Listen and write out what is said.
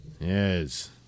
Yes